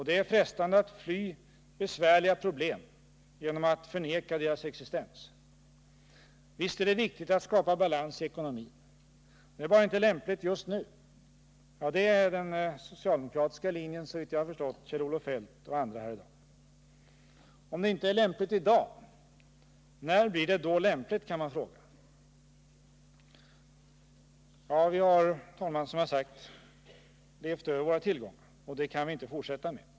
Det är frestande att fly besvärliga problem genom att förneka deras existens. Visst är det viktigt att skapa balans i ekonomin. Det är bara inte lämpligt just nu. Det är den socialdemokratiska linjen, såvitt jag har förstått Kjell-Olof Feldt och andra här i dag. Om det inte är lämpligt i dag, när blir det då lämpligt, kan man fråga. Vi har, som jag sagt, levt över våra tillgångar. Det kan vi inte fortsätta med.